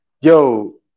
yo